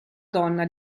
donna